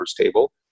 table